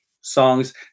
songs